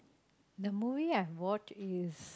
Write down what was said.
the movie I watch is